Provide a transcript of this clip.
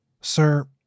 Sir